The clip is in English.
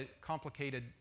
complicated